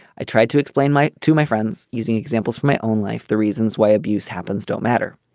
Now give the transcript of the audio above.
i tried to explain my to my friends using examples from my own life the reasons why abuse happens don't matter.